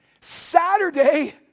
Saturday